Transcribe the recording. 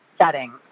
setting